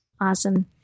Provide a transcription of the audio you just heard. Awesome